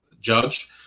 judge